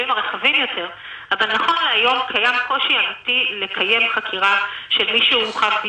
האם להבנתך עניין הקורונה לא ייפול תחת נימוקים מיוחדים,